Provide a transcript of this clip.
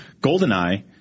goldeneye